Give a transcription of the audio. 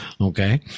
Okay